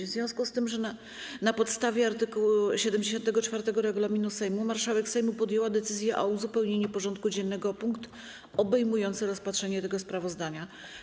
W związku z tym, na podstawie art. 74 regulaminu Sejmu, marszałek Sejmu podjęła decyzję o uzupełnieniu porządku dziennego o punkt obejmujący rozpatrzenie tego sprawozdania.